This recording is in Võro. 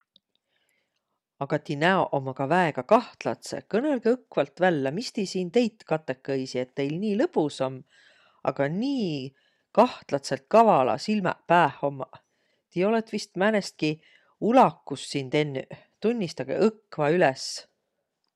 Agaq ti näoq ommaq ka väega kahtladsõq. Kõnõlgõq õkvalt vällä, mis ti siin teit katõkõstõ, et teil nii lõpus om, aga nii kahtladsõlt kavalaq silmäq pääh ommaq!? Ti olõt vaest määnestki ulakust siin tennüq. Tunnistagõq õkva üles!